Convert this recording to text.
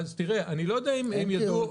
אני לא יודע אם הם ידעו.